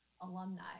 alumni